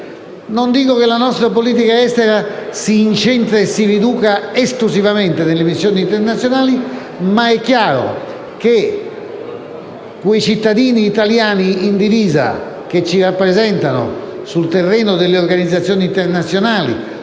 Non dico che la nostra politica estera si incentri e si riduca esclusivamente alle missioni internazionali, ma è chiaro che quei cittadini italiani in divisa, che ci rappresentano sul terreno delle organizzazioni internazionali